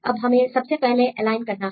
अब हमें सबसे पहले एलाइन करना है